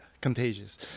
contagious